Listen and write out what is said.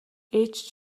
ээж